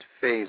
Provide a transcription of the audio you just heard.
phase